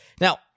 Now